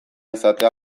izatea